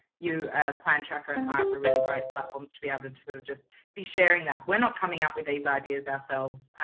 you plan tracker and hireup are really great platforms to be um able to sort of just be sharing that. we're not coming up with these ideas ourselves,